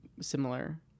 similar